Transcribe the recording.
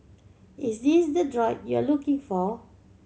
is this the droid you're looking for